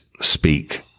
speak